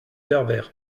pervers